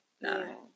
No